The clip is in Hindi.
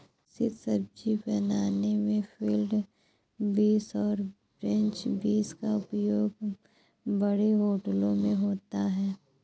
मिश्रित सब्जी बनाने में फील्ड बींस और फ्रेंच बींस का उपयोग बड़े होटलों में होता है